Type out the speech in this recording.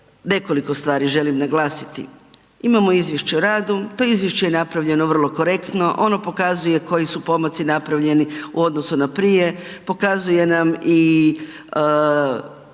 nekoliko stvari želim naglasiti. Imamo izvješće o radu, to je izvješće je napravljeno vrlo korektno, ono pokazuje koji su pomaci napravljeni u odnosu na prije, pokazuje nam i